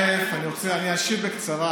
אני אשיב בקצרה,